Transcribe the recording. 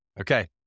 Okay